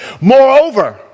Moreover